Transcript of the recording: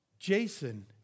Jason